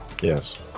yes